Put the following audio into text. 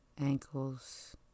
ankles